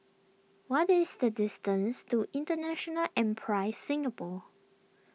what is the distance to International Enterprise Singapore